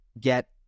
get